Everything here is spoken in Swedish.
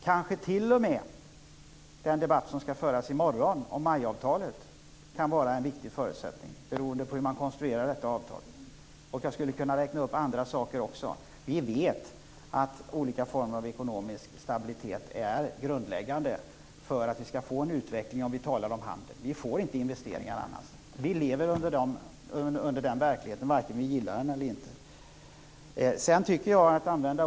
Kanske t.o.m. den debatt som skall föras i morgon om MAI-avtalet kan vara en viktig förutsättning, beroende på hur avtalet är konstruerat. Jag skulle kunna räkna upp även andra saker. Vi vet att olika former av ekonomisk stabilitet är grundläggande för att vi skall få en utveckling när vi talar om handel. Annars får vi inte några investeringar. Vi lever under den verkligheten vare sig vi gillar den eller inte.